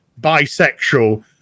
bisexual